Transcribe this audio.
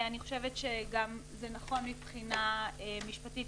אני חושבת שזה גם נכון מבחינה משפטית